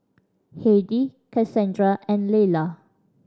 Heidi Kassandra and Leyla